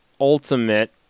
ultimate